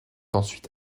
ensuite